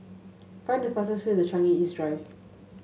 find the fastest way to Changi East Drive